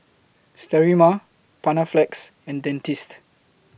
Sterimar Panaflex and Dentiste